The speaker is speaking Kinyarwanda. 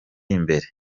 imbere